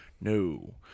No